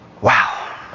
Wow